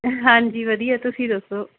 ਹਾਂਜੀ ਵਧੀਆ ਤੁਸੀਂ ਦੱਸੋ